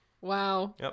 Wow